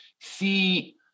see